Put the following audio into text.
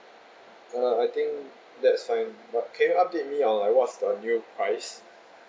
uh I think that's fine but can you update me on like what's the new price